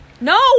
No